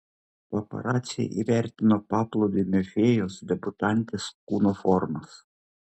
paparaciai įvertino paplūdimio fėjos debiutantės kūno formas